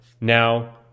Now